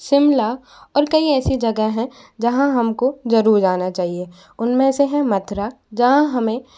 शिमला और कई ऐसी जगह हैं जहाँ हम को जरूर जाना चाहिये उनमें से है मथुरा जहाँ हमें